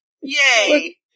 Yay